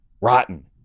rotten